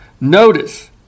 Notice